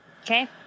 Okay